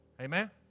Amen